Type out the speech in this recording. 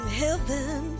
heaven